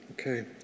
Okay